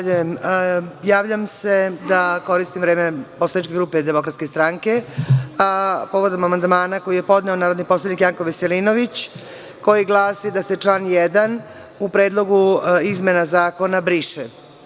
Javljam se da koristim vreme poslaničke grupe DS, a povodom amandmana koji je podneo narodni poslanik Janko Veselinović, koji glasi da se član 1. u predlogu izmena zakona briše.